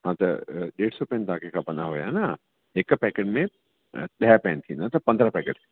त ॾेढु सौ पैन तव्हां खे खपंदा हुया ना हिकु पैकेट में त ॾह पैन थींदा त पंद्रहं पैकेट